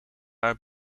haar